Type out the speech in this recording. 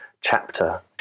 chapter